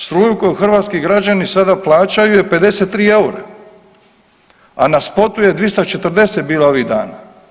Struju koju hrvatski građani sada plaćaju je 53 eura, a na spotu je 240 bila ovih dana.